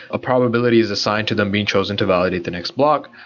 a probability is assigned to them being chosen to validate the next block.